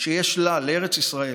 שיש לה" לארץ ישראל,